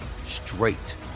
straight